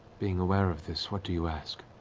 being aware of this, what do you ask?